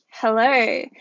Hello